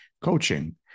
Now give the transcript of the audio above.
Coaching